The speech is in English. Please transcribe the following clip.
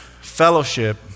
fellowship